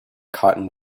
cotton